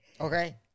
Okay